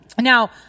Now